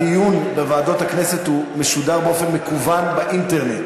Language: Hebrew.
הדיון בוועדות הכנסת משודר באופן מקוון באינטרנט.